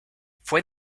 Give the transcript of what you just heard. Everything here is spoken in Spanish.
fue